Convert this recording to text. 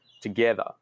together